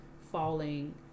falling